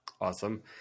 Awesome